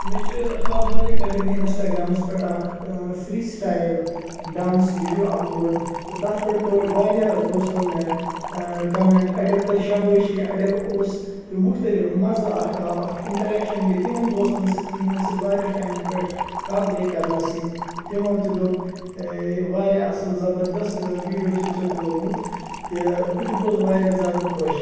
مےٚ چُھ حال حالٕے کَریو مےٚ اِنسٹاگرامَس پٮ۪ٹھ اَکھ ٲں free style dance video upload تہٕ تَتھ پٮ۪ٹھ کوٚر واریاہُو دوستو مےٚ ٲں کوٚمیٚنٛٹ اَڑیٚو کٔر شابٲشی اَڑیٚو اوٚس تہِ مختلف مَزٕ اَکھ آو اَکھ اِنٹرٛیکشَن گٔے تِمَن دوستَن سۭتۍ تہِ یِمَن سۭتۍ واریاہ ٹایمہٕ پٮ۪ٹھ کَتھ گٔے کَرنَسٕے تِمو تہِ دوٚپ ٲں واریاہ اصٕل زَبَردَست ٲں ویٖڈیو چھُتھ ژےٚ کھوٗلمُت تہِ بہٕ تہِ گوٗس واریاہ زیادٕ خۄش